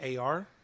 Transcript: AR